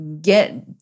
get